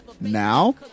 now